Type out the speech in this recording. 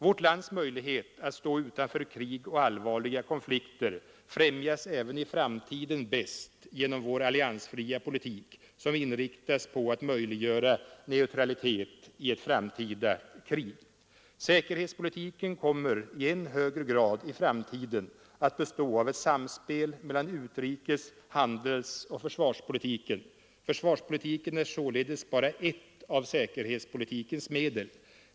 Vårt lands möjligheter att stå utanför krig och allvarliga konflikter främjas även i framtiden bäst genom vår alliansfria politik, som inriktas på att möjliggöra neutralitet i ett framtida krig. Säkerhetspolitiken kommer i än högre grad i framtiden att bestå av ett samspel mellan utrikes-, handelsoch försvarspolitiken. Försvarspolitiken är således endast ett av säkerhetspolitikens medel.